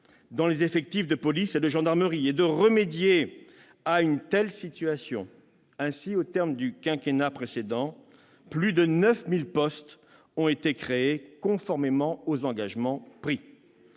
dans les effectifs de police et de gendarmerie, et de remédier à cette situation. Ainsi, au terme du quinquennat précédent, plus de 9 000 postes ont été créés, conformément aux engagements pris.